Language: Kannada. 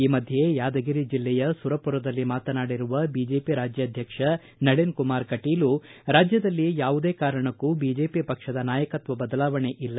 ಈ ಮಧ್ಯೆ ಯಾದಗಿರಿ ಜಲ್ಲೆಯ ಸುರಪುರದಲ್ಲಿ ಮಾತನಾಡಿರುವ ಬಿಜೆಪಿ ರಾಜ್ಯಾಧ್ವಕ್ಷ ನಳನ್ಕುಮಾರ್ ಕಟೀಲ್ ರಾಜ್ಯದಲ್ಲಿ ಯಾವುದೇ ಕಾರಣಕ್ಕೂ ಬಿಜೆಪಿ ಪಕ್ಷದ ನಾಯಕತ್ವ ಬದಲಾವಣೆ ಇಲ್ಲ